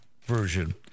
version